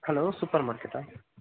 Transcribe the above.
hello super மார்க்கெட்டா